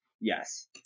Yes